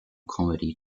comedy